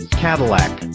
cadillac